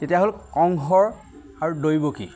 তেতিয়াহ'লে কংশ আৰু দৈৱকী